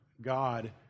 God